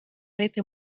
rete